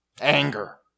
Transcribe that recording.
Anger